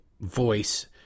voice